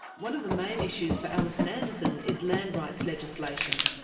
one of the main issues for alison anderson is land rights legislation.